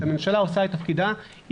שהממשלה עושה את תפקידה,